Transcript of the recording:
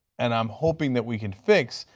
and i'm hoping that we can fix.